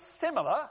similar